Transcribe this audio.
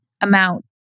amount